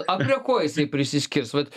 a prie ko jisai prisiskirs vat